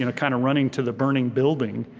and kind of running to the burning building,